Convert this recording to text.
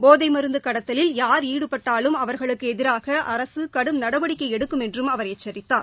போதைமருந்துகடத்தலில் யார் ஈடுபட்டாலும் அவர்களுக்குஎதிராகஅரசுகடும் நடவடிக்கைஎடுக்கும் என்றுஅவர் எச்சரித்தார்